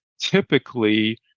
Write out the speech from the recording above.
typically